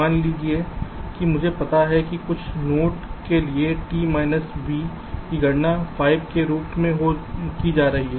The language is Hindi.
मान लीजिए कि मुझे पता है कि कुछ नोड के लिए t b की गणना 5 के रूप में की जा रही है